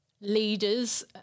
leaders